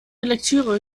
lektüre